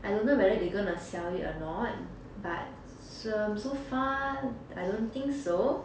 I don't know whether they gonna sell it or not but um so far I don't think so